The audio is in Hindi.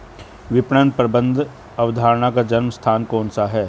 विपणन प्रबंध अवधारणा का जन्म स्थान कौन सा है?